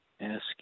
ask